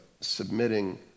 submitting